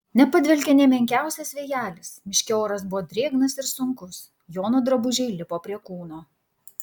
nepadvelkė nė menkiausias vėjelis miške oras buvo drėgnas ir sunkus jono drabužiai lipo prie kūno